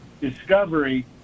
discovery